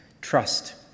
trust